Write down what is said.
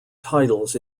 titles